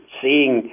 seeing